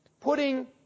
putting